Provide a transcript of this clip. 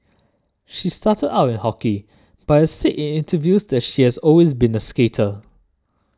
she started out in hockey but has said in interviews that she has always been a skater